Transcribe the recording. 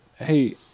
Hey